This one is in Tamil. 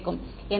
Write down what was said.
மாணவர் என்ன